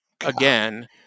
again